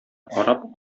карап